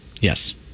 Yes